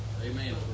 Amen